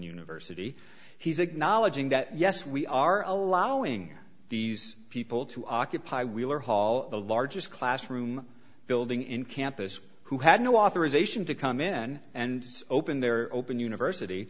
university he's acknowledging that yes we are allowing these people to occupy wheeler hall the largest classroom building in campus who had no authorization to come in and open their open university